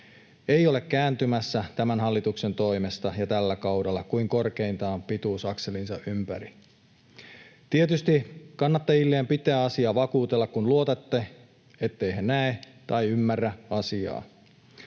Ei ole kääntymässä tämän hallituksen toimesta ja tällä kaudella kuin korkeintaan pituusakselinsa ympäri. Tietysti kannattajillenne pitää asiaa vakuutella, kun luotatte, etteivät he näe tai ymmärrä asiaa,